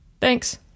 Thanks